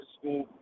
school